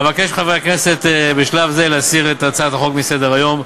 אבקש מחברי הכנסת בשלב זה להסיר את הצעת החוק מסדר-היום.